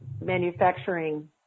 manufacturing